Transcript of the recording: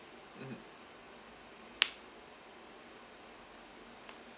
mmhmm